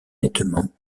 nettement